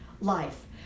life